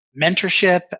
mentorship